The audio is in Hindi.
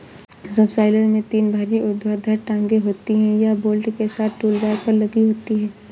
सबसॉइलर में तीन भारी ऊर्ध्वाधर टांगें होती हैं, यह बोल्ट के साथ टूलबार पर लगी होती हैं